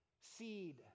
seed